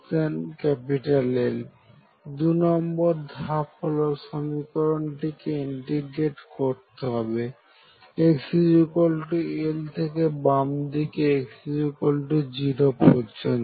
দুনম্বর ধাপ হলো সমীকরণটিকে ইন্টিগ্রেটেড করতে হবে xL থেকে বামদিকে x0 পর্যন্ত